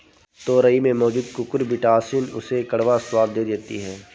तोरई में मौजूद कुकुरबिटॉसिन उसे कड़वा स्वाद दे देती है